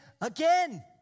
again